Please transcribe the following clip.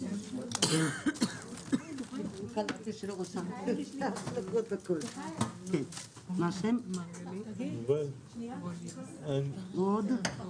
הישיבה ננעלה בשעה 13:10.